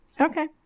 Okay